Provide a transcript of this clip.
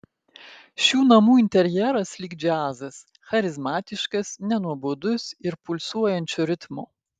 šių namų interjeras lyg džiazas charizmatiškas nenuobodus ir pulsuojančio ritmo